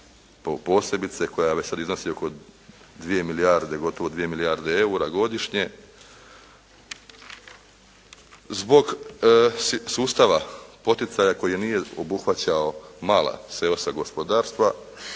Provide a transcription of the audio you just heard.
posebice koja već sada iznosi oko 2 milijarde, gotovo 2 milijarde eura godišnje, zbog sustava poticaja koji nije obuhvaćao mala seoska gospodarstva